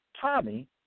Tommy